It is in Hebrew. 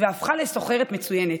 והפכה לסוחרת מצוינת,